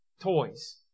toys